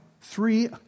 three